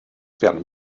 werden